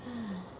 !hais!